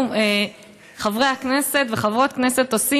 אנחנו, חברי הכנסת וחברות הכנסת, עושים,